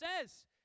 says